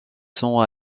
sont